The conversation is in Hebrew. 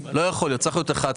להיות, צריך להיות 11